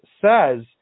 says